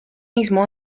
mismo